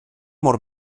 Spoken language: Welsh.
mor